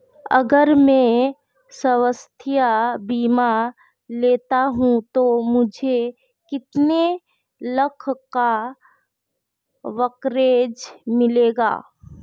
अगर मैं स्वास्थ्य बीमा लेता हूं तो मुझे कितने लाख का कवरेज मिलेगा?